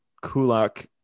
Kulak